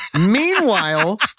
Meanwhile